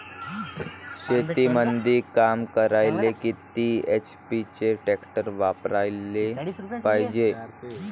शेतीमंदी काम करायले किती एच.पी चे ट्रॅक्टर वापरायले पायजे?